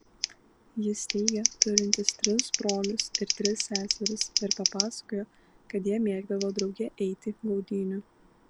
jis teigė turintis tris brolius ir tris seseris ir papasakojo kad jie mėgdavo drauge eiti gaudynių